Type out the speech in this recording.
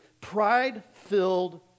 pride-filled